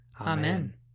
Amen